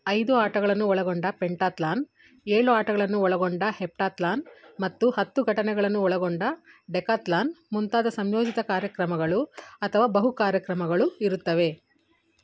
ಐದು ಆಟಗಳನ್ನು ಒಳಗೊಂಡ ಪೆಂಟಾತ್ಲಾನ್ ಏಳು ಆಟಗಳನ್ನು ಒಳಗೊಂಡ ಹೆಪ್ಟಾತ್ಲಾನ್ ಮತ್ತು ಹತ್ತು ಘಟನೆಗಳನ್ನು ಒಳಗೊಂಡ ಡೆಕಾತ್ಲಾನ್ ಮುಂತಾದ ಸಂಯೋಜಿತ ಕಾರ್ಯಕ್ರಮಗಳು ಅಥವಾ ಬಹು ಕಾರ್ಯಕ್ರಮಗಳು ಇರುತ್ತವೆ